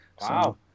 Wow